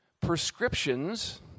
prescriptions